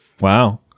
Wow